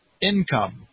income